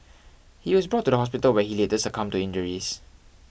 he was brought to the hospital where he later succumbed to injuries